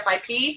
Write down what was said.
FIP